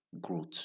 growth